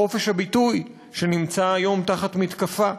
חופש הביטוי, שנמצא היום תחת מתקפה.